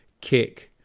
kick